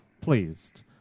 pleased